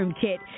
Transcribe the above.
Kit